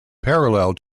parallel